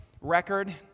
record